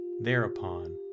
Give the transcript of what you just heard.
Thereupon